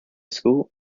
school